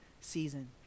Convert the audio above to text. season